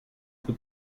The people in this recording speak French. peu